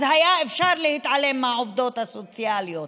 אז היה אפשר להתעלם מהעובדות הסוציאליות